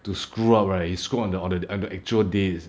to screw up right he's screwed on the on the ac~ actual days